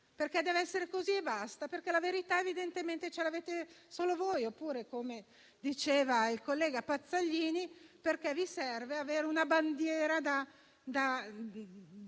perché dev'essere così e basta e la verità, evidentemente, ce l'avete solo voi. Oppure, come diceva il collega Pazzaglini, vi serve avere una bandiera da